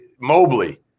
Mobley